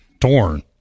torn